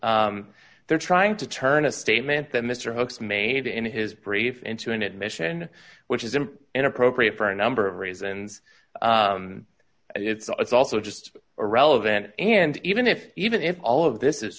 they're trying to turn a statement that mister hooks made in his brief into an admission which is him inappropriate for a number of reasons it's also just irrelevant and even if even if all of this is